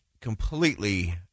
completely